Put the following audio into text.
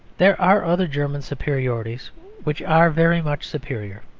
there are other german superiorities which are very much superior.